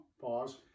pause